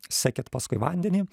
sekit paskui vandenį